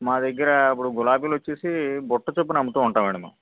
మా దగ్గర ఇప్పుడు గులాబీలు వచ్చేసీ బుట్ట చొప్పున అమ్ముతూ ఉంటామండి మనం